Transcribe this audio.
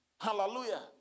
Hallelujah